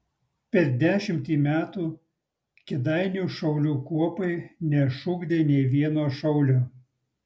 per dešimtį metų kėdainių šaulių kuopai neišugdė nei vieno šaulio